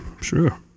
Sure